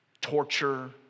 torture